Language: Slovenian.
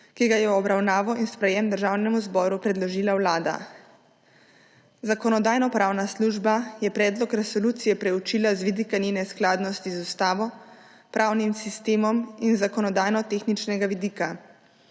ki ga je v obravnavo in sprejetje Državnemu zboru predložila Vlada. Zakonodajno-pravna služba je predlog resolucije preučila z vidika njene skladnosti z ustavo, pravnim sistemom in zakonodajno-tehničnega vidika.